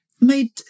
made